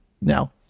Now